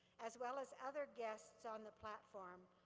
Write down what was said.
as well as other guests on the platform,